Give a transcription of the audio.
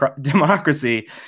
democracy